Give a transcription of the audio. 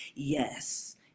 Yes